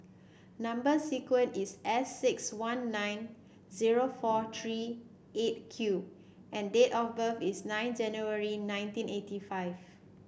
number sequence is S six one nine zero four three Eight Q and date of birth is nine January nineteen eighty five